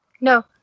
No